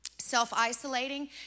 Self-isolating